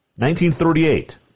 1938